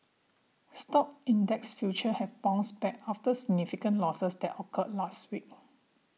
stock index future have bounced back after significant losses that occurred last week